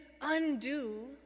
undo